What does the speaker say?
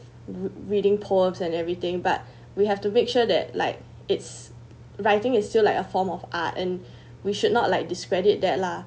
r~ reading poems and everything but we have to make sure that like it's writing is still like a form of art and we should not like discredit that lah